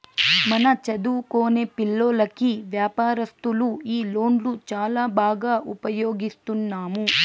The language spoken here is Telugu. మన చదువుకొనే పిల్లోల్లకి వ్యాపారస్తులు ఈ లోన్లు చాలా బాగా ఉపయోగిస్తున్నాము